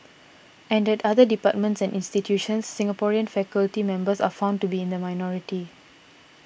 and at other departments and institutions Singaporean faculty members are found to be in the minority